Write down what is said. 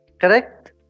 Correct